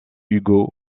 hugo